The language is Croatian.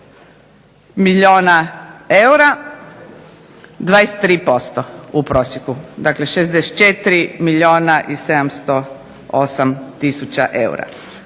milijuna eura, 23% u prosjeku. Dakle 64 milijuna i 708 tisuća eura.